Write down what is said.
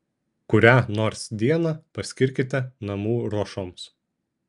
kurią nors dieną paskirkite namų ruošoms